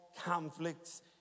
conflicts